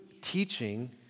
teaching